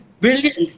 brilliant